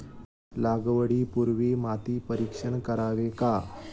लागवडी पूर्वी माती परीक्षण करावे का?